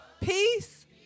peace